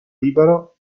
libero